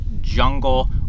jungle